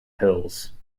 hills